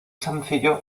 sencillo